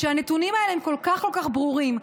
כשהנתונים האלה הם כל כך כל כך ברורים.